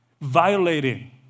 violating